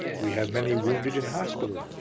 we have many wounded in hospital,